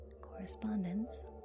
Correspondence